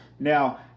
Now